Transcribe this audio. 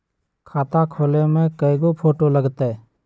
खाता खोले में कइगो फ़ोटो लगतै?